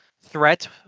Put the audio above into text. threat